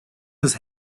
his